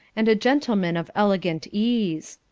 and a gentleman of elegant ease.